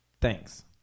Thanks